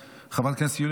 חבר הכנסת גלעד קריב,